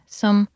som